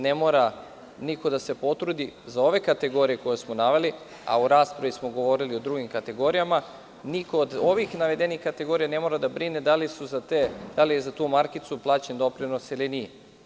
Ne mora niko da se potrudi za ove kategorije koje smo naveli, a u raspravi smo govorili o drugim kategorijama, niko od ovih navedenih kategorija ne mora da brine da li je za tu markicu plaćen doprinos ili nije.